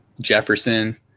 Jefferson